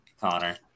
Connor